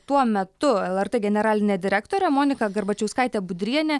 tuo metu lrt generalinė direktorė monika garbačiauskaitė budrienė